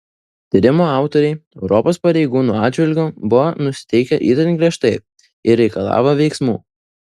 tyrimo autoriai europos pareigūnų atžvilgiu buvo nusiteikę itin griežtai ir reikalavo veiksmų